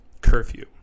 curfew